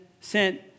sent